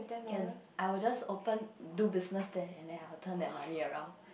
can I will just open do business there and then I will turn that money around